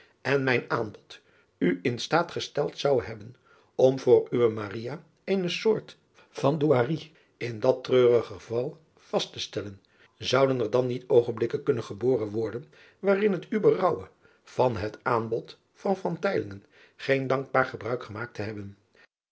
en mijn aanbod u in staat gesteld zou hebben om voor uwe eene soort van douarie in dat treurig geval vast te stellen zouden er dan niet ogenblikken kunnen geboren worden waarin het u berouwde van het aanbod van geen dankbaar gebruik gemaakt te hebben